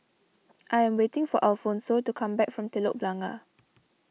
I am waiting for Alfonso to come back from Telok Blangah